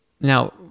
Now